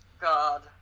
God